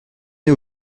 nez